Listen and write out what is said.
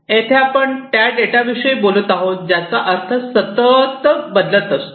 येथे आपण त्या डेटाविषयी बोलत आहोत ज्याचा अर्थ सतत बदलत असतो